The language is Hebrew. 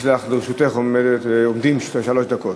לרשותך עומדות שלוש דקות.